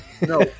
No